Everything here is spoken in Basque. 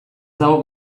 dago